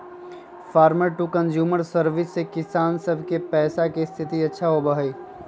farmer to consumer service से किसान सब के पैसा के स्थिति अच्छा होबा हई